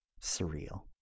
surreal